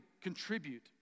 contribute